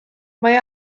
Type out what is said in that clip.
mae